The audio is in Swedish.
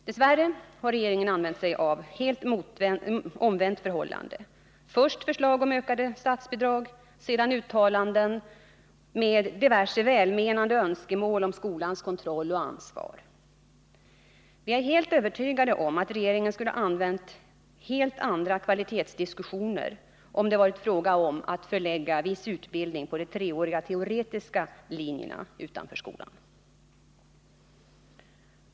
Dess värre har regeringen använt sig av ett helt omvänt förhållande: först förslag om ökade statsbidrag, sedan uttalanden med diverse välmenande önskemål om skolans kontroll och ansvar. Vi är övertygade om att regeringen skulle ha fört helt andra kvalitetsdiskussioner om det varit fråga om att förlägga viss utbildning på de treåriga teoretiska linjerna till företagen.